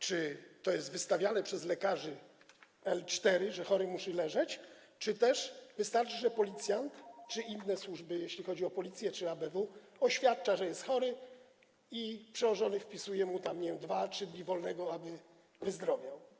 Czy to są L4 wystawiane przez lekarzy ze wskazaniem, że chory musi leżeć, czy też wystarcza, że policjant bądź inne służby, jeśli chodzi o policję czy ABW, oświadcza, że jest chory, i przełożony wpisuje mu, nie wiem, dwa, trzy dni wolnego, aby wyzdrowiał.